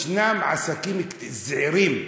יש עסקים זעירים,